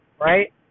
right